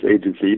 agency